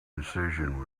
incision